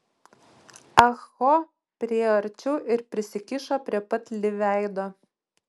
ah ho priėjo arčiau ir prisikišo prie pat li veido